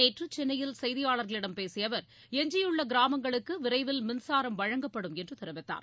நேற்று சென்னையில் செய்தியாளர்களிடம் பேசிய அவர் எஞ்சியுள்ள கிராமங்களுக்கு விரைவில் மின்சாரம் வழங்கப்படும் என்று தெரிவித்தார்